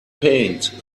paint